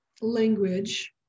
language